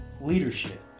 leadership